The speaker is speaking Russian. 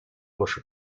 ваши